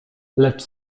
lecz